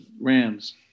Rams